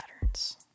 patterns